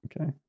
Okay